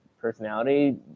personality